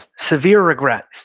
severe regret,